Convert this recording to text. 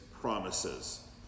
promises